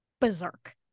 berserk